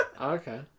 Okay